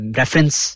reference